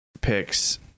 picks